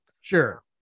Sure